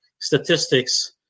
statistics